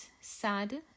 sad